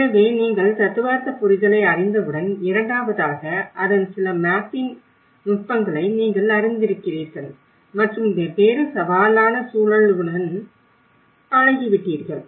எனவே நீங்கள் தத்துவார்த்த புரிதலை அறிந்தவுடன் இரண்டாவதாக அதன் சில மேப்பிங் நுட்பங்களை நீங்கள் அறிந்திருக்கிறீர்கள் மற்றும் வெவ்வேறு சவாலான சூழலுடன் பழகிவிட்டீர்கள்